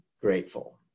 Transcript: grateful